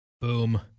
Boom